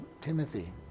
Timothy